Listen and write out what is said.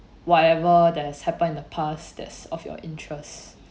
whatever that has happened in the past that's of your interest